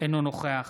אינו נוכח